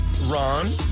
Ron